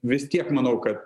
vis tiek manau kad